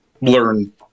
learn